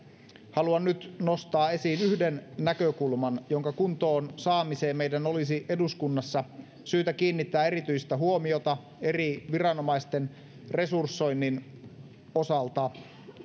haluan nyt nostaa esiin yhden näkökulman jonka kuntoon saamiseen meidän olisi eduskunnassa syytä kiinnittää erityistä huomiota eri viranomaisten resursoinnin osalta